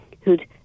who'd